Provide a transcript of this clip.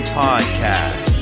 podcast